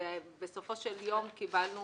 ובסופו של יום קיבלנו